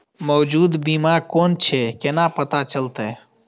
मौजूद बीमा कोन छे केना पता चलते?